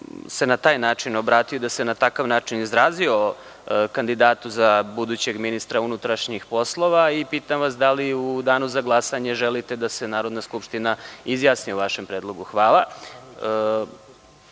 na taj način obratio i na takav način izrazio o kandidatu za budućeg ministra unutrašnjih poslova. Pitam vas da li u Danu za glasanje želite da se Narodna skupština izjasni o vašem predlogu?